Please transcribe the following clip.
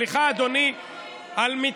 דבר על,